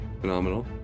phenomenal